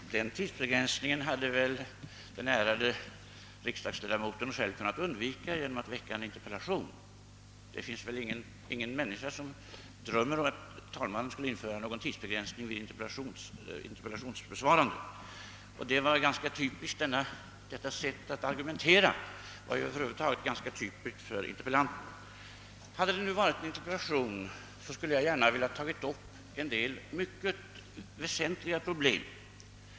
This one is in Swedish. Herr talman! Den tidsbegränsningen hade väl den ärade riksdagsledamoten själv kunnat undvika genom att väcka en interpellation. Det finns väl ingen som drömmer om att talmannen skulle införa någon tidsbegränsning vid interpellationsbesvarande. Detta sätt att argumentera var över huvud taget ganska typiskt för interpellanten. Hade det nu varit en interpellation, skulle jag gärna ha velat ta upp en del mycket väsentliga problem.